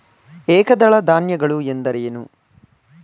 ಏಕದಳ ಧಾನ್ಯಗಳು ಎಂದರೇನು?